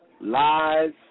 lies